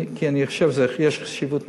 כי אני חושב שיש לזה חשיבות מיוחדת,